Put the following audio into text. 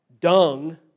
dung